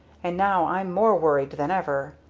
and now i'm more worried than ever.